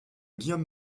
guillaume